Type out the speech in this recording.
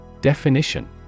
definition